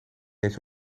eens